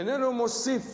איננו מוסיף